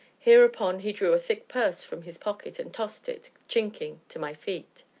hereupon he drew a thick purse from his pocket, and tossed it, chinking, to my feet.